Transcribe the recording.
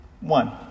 one